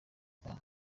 itatu